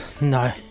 No